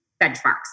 benchmarks